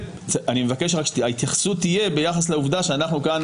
אני מבקש שההתייחסות תהיה ביחס לעובדה שאנחנו כאן